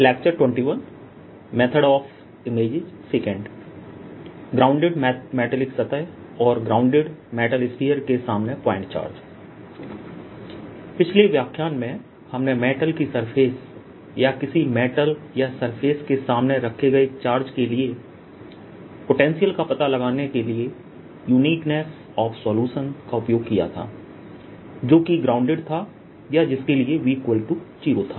व्याख्यान 21 method of images II grounded metallic सतह और ग्राउंडेड मेटल स्फीयर के सामने पॉइंट चार्ज पिछले व्याख्यान में हमने मेटल की सरफेस या किसी मेटल या सरफेस के सामने रखे गए चार्ज के लिए पोटेंशियल का पता लगाने के लिए यूनीकनेस ऑफ सलूशन का उपयोग किया था जो कि ग्राउंडेड था या जिसके लिए V0 था